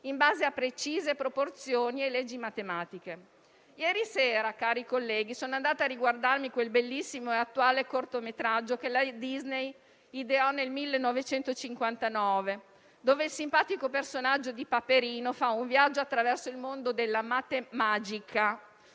in base a precise proporzioni e leggi matematiche. Ieri sera, cari colleghi, sono andata a riguardarmi quel bellissimo e attuale cortometraggio che la Disney ideò nel 1959, in cui il simpatico personaggio di Paperino fa un viaggio attraverso il mondo della "matemagica",